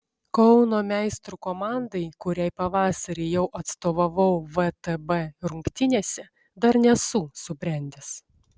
kauno meistrų komandai kuriai pavasarį jau atstovavau vtb rungtynėse dar nesu subrendęs